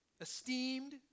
esteemed